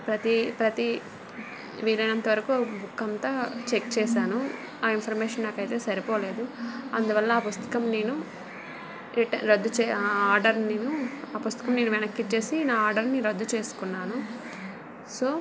ప్రతీ ప్రతీ వీలైనంత వరకు బుక్ అంతా చెక్ చేసాను ఆ ఇన్ఫర్మేషన్ నాకు అయితే సరిపోలేదు అందువల్ల ఆ పుస్తకం నేను రిట రద్దు చేయా ఆ ఆర్డరుని నేను ఆ పుస్తకాన్ని నేను వెనక్కి ఇచ్చేసి నా ఆర్డర్ని రద్దు చేసుకున్నాను సో